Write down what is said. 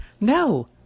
No